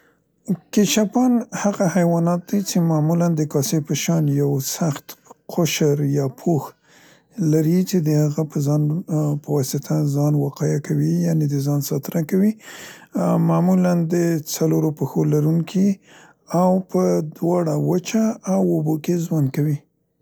کیشپان هغه حیوانات دي څې معمولاً د کاسې په شان یو سخت قوشر یا پوښ لري څې د هغه په ځان په واسطه ځان وقایه کوي یعنې د ځان ساتنه کوي. معمولاً د څلورو پښو لرونکي او په دواړه، وچه او اوبو کې ژوند کوی.